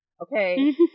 Okay